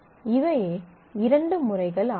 இவையே இரண்டு முறைகள் ஆகும்